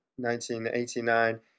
1989